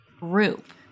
group